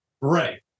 Right